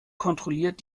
kontrolliert